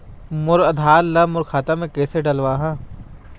मोर आधार ला मोर खाता मे किसे डलवाहा?